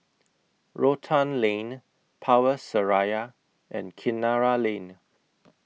Rotan Lane Power Seraya and Kinara Lane